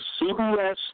CBS